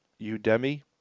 Udemy